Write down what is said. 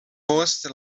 post